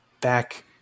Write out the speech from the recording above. back